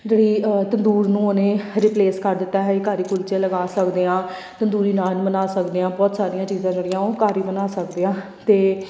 ਜਿਹੜੀ ਤੰਦੂਰ ਨੂੰ ਉਹਨੇ ਰਿਪਲੇਸ ਕਰ ਦਿੱਤਾ ਹੈ ਘਰ ਹੀ ਕੁਲਚੇ ਲਗਾ ਸਕਦੇ ਹਾਂ ਤੰਦੂਰੀ ਨਾਨ ਬਣਾ ਸਕਦੇ ਹਾਂ ਬਹੁਤ ਸਾਰੀਆਂ ਚੀਜ਼ਾਂ ਜਿਹੜੀਆਂ ਉਹ ਘਰ ਹੀ ਬਣਾ ਸਕਦੇ ਆ ਅਤੇ